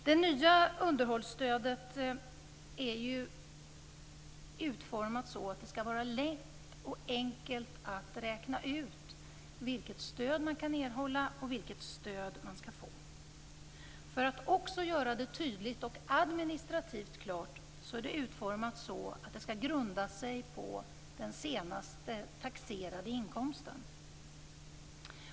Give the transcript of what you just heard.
Det nya underhållsstödet är ju utformat så att det skall vara lätt och enkelt att räkna ut vilket stöd man kan erhålla och vilket stöd man skall få. För att också göra det tydligt och administrativt klart, är det utformat så att det skall grunda sig på den senaste taxerade inkomsten.